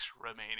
remaining